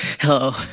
hello